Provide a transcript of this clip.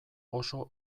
oso